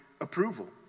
approval